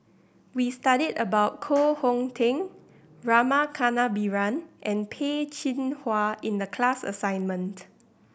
we studied about Koh Hong Teng Rama Kannabiran and Peh Chin Hua in the class assignment